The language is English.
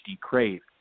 crave